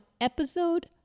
episode